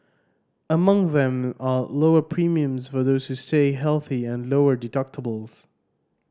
among them are lower premiums for those who stay healthy and lower deductibles